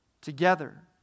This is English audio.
together